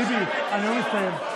טיבי, הנאום הסתיים.